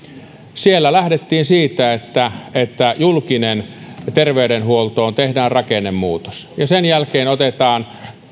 siellä lähdettiin siitä että että julkiseen terveydenhuoltoon tehdään rakennemuutos ja sen jälkeen otetaan